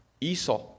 Esau